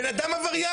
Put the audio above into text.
בן אדם עבריין,